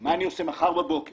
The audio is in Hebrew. מה הוא עושה מחר בבוקר